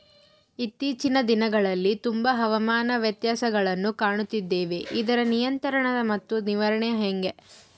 ಇತ್ತೇಚಿನ ದಿನಗಳಲ್ಲಿ ತುಂಬಾ ಹವಾಮಾನ ವ್ಯತ್ಯಾಸಗಳನ್ನು ಕಾಣುತ್ತಿದ್ದೇವೆ ಇದರ ನಿಯಂತ್ರಣ ಮತ್ತು ನಿರ್ವಹಣೆ ಹೆಂಗೆ?